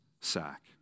sack